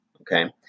Okay